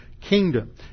kingdom